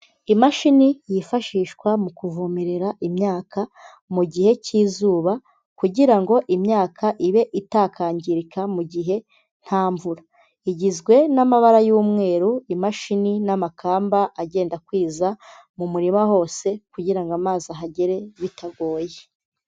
Imashini yifashishwa mu kuvomerera imyaka mugihe cy'izuba kugira ngo imyaka ibe itakangirika mu gihe nta mvura, igizwe n'amabara y'umweru, imashini n'amakamba agenda akwiza mumurima hose kugira ngo amazi ahagere bitagoye.